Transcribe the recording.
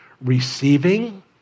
receiving